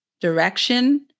direction